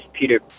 Peter